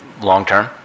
long-term